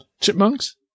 chipmunks